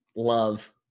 love